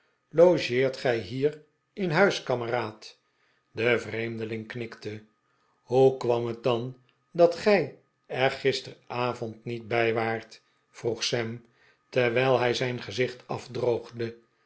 logeert gij hier inhuis kameraad de vreemdeling knikte hoe kwam het dan dat gij er gisteravond niet bij waart vroeg sam terwijl hij zijn gezicht afdroogde